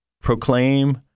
proclaim